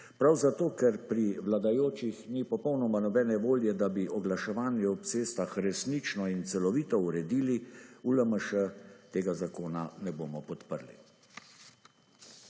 Prav zato ker pri vladajočih ni popolnoma nobene volje, da bi oglaševanje ob cestah resnično in celovito uredili, v LMŠ tega zakona ne bomo podprli.